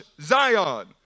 Zion